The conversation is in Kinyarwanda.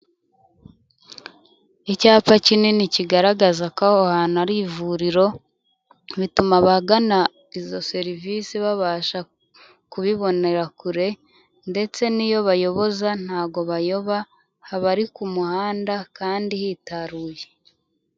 Icyapa kinini kigaragaza ko aho hantu ari ivuriro, bituma abagana izo serivisi babasha kubibonera kure , ndetse n'iyo bayoboza ntago bayoba, haba ari ku muhanda kandi hitaruye.